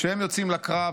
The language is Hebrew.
כשהם יוצאים לקרב,